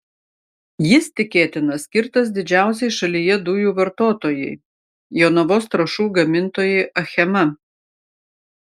jis tikėtina skirtas didžiausiai šalyje dujų vartotojai jonavos trąšų gamintojai achema